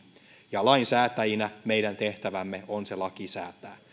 ja lainsäätäjinä meidän tehtävämme on se laki säätää